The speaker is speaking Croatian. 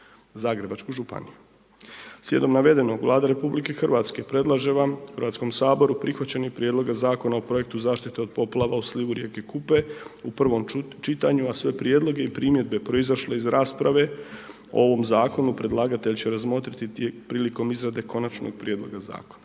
Zagrebačku županiju. Slijedom navedenog, Vlada RH predlaže vam, Hrvatskom saboru prihvaćanje Prijedloga zakona o Projektu zaštite od poplava u slivu rijeku Kupe u prvom čitanju a sve prijedloge i primjedbe proizašle iz rasprave o ovom Zakonu predlagatelj će razmotriti prilikom izrade Konačnog prijedloga Zakona.